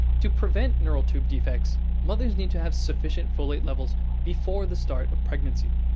to prevent neural tube defects, mothers need to have sufficient folate levels before the start of pregnancy.